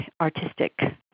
artistic